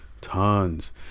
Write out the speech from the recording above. Tons